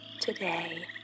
today